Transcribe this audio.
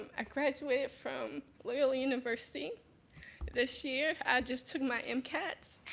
i graduated from loyola university this year, i just took my m cats.